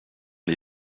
les